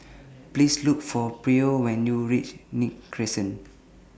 Please Look For Pryor when YOU REACH Nim Crescent